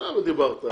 עכשיו דיברת.